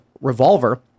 revolver